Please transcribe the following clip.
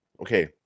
Okay